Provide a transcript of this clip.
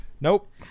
Nope